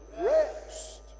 rest